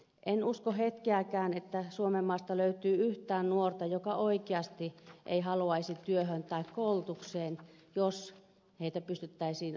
en usko hetkeäkään että suomenmaasta löytyy yhtään nuorta joka oikeasti ei haluaisi työhön tai koulutukseen jos heitä pystyttäisiin ohjaamaan